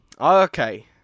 Okay